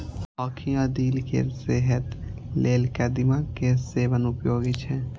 आंखि आ दिल केर सेहत लेल कदीमा के सेवन उपयोगी छै